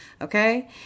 Okay